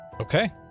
Okay